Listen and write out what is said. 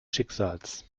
schicksals